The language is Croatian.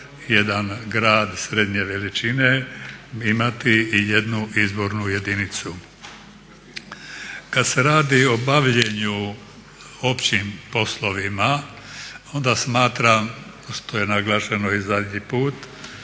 jedan grad srednje veličine imati i jednu izbornu jedinicu. Kad se radi o bavljenju općim poslovima onda smatram, što je naglašeno i zadnji put,